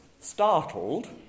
startled